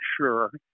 sure